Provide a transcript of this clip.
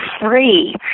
free